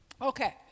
Okay